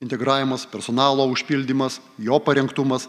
integravimas personalo užpildymas jo parengtumas